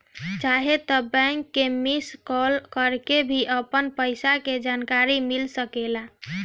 चाहे त बैंक के मिस कॉल करके भी अपन पईसा के जानकारी मिल सकेला